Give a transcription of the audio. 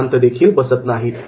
शांत देखील बसत नाहीत